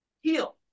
heal